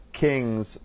King's